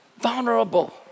vulnerable